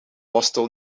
hostel